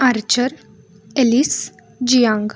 archer ellis jiang